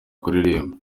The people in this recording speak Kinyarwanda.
kuririmba